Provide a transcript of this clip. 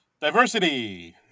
Diversity